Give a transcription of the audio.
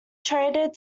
traded